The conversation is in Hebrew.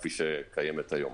כפי שקיימת היום?